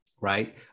right